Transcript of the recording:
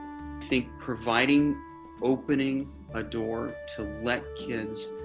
think providing opening a door to let kids